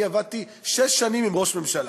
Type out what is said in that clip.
אני עבדתי שש שנים עם ראש ממשלה,